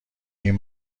اینیک